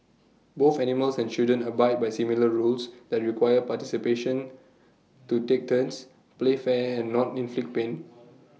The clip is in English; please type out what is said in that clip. both animals and children abide by similar rules that require participants to take turns play fair and not inflict pain